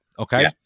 Okay